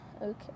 Okay